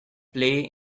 play